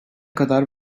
kadar